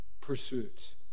pursuits